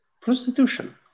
prostitution